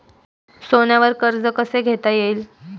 सोन्यावर कर्ज कसे घेता येईल?